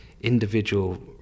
individual